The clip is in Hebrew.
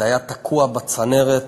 זה היה תקוע בצנרת בגלל,